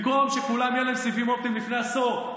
במקום שלכולם יהיה סיבים אופטיים לפני עשור,